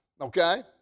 Okay